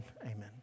Amen